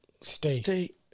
stay